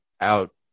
out